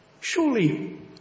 Surely